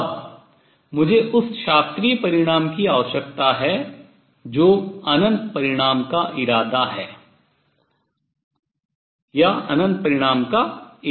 अब मुझे उस शास्त्रीय परिणाम की आवश्यकता है या अनंत परिणाम का इरादा है